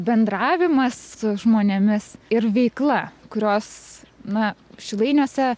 bendravimas su žmonėmis ir veikla kurios na šilainiuose